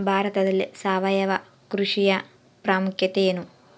ಭಾರತದಲ್ಲಿ ಸಾವಯವ ಕೃಷಿಯ ಪ್ರಾಮುಖ್ಯತೆ ಎನು?